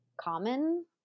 common